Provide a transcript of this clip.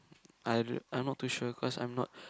I d~ I'm not too sure cause I'm not